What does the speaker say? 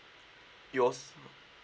you also